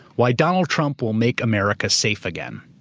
why donald trump will make america safe again.